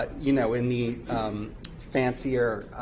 ah you know in the fancier